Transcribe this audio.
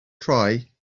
try